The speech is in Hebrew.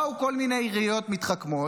באו כל מיני עיריות מתחכמות,